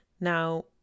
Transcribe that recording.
Now